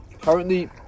Currently